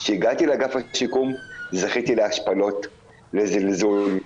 כשהגעתי לאגף השיקום זכיתי להשפלות, לזלזול.